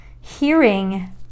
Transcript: hearing